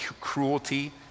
cruelty